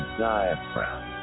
Diaphragm